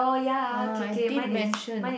ah I did mention